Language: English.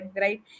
right